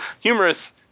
humorous